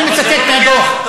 אני מצטט מהדוח.